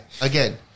again